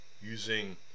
using